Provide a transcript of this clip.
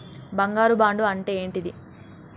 బంగారు బాండు అంటే ఏంటిది?